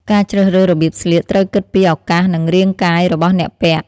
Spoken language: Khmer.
ការជ្រើសរើសរបៀបស្លៀកត្រូវគិតពីឱកាសនិងរាងកាយរបស់អ្នកពាក់។